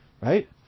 right